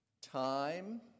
time